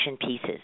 pieces